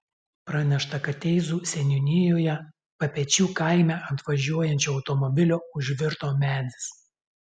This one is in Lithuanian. pranešta kad teizų seniūnijoje papečių kaime ant važiuojančio automobilio užvirto medis